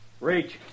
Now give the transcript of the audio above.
Reach